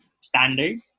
standard